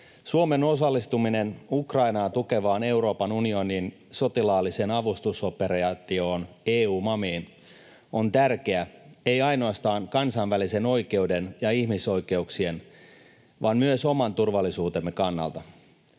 Suomen osallistuminen Ukrainaa tukevaan Euroopan unionin sotilaalliseen avustusoperaatioon EUMAMiin on tärkeä ei ainoastaan kansainvälisen oikeuden ja ihmisoikeuksien vaan myös oman turvallisuutemme kannalta.